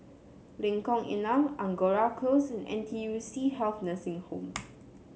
Lengkong Enam Angora Close and N T U C Health Nursing Home